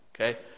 Okay